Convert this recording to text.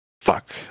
fuck